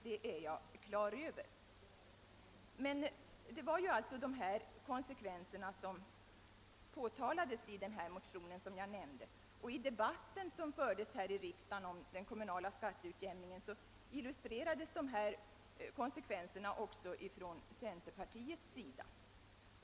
Det var just dessa konsekvenser som man varnade för i den av mig nämnda motionen. I den debatt som fördes här i riksdagen om den kommunala skatteutjämningen illustrerades konsekvenserna av systemet också från centerpartihåll.